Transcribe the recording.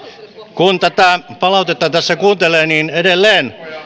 kun tätä palautetta tässä kuuntelee niin edelleen